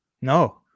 No